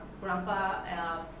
grandpa